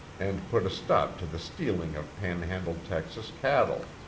and put a stop to the stealing of panhandle, texas, cattle.